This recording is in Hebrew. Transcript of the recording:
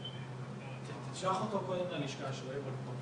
לעשות בדיקה ולתחקר מה קורה